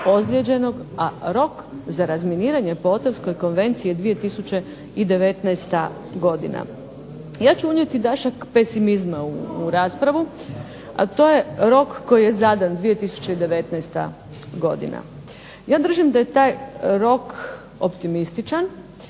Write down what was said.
a rok za razminiranje po Ottawskoj konvenciji je 2019. godina. Ja ću unijeti dašak pesimizma u raspravu, a to je rok koji je zadan 2019. godina. Ja držim da je taj rok optimističan,